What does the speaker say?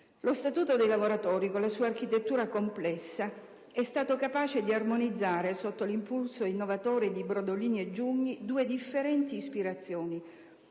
Lo Statuto dei lavoratori con la sua architettura complessa è stato capace di armonizzare, sotto l'impulso innovatore di Giacomo Brodolini e Gino Giugni, due differenti ispirazioni: